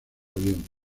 avión